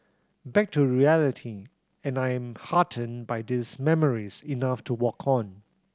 back to reality and I am heartened by these memories enough to walk on